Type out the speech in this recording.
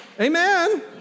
Amen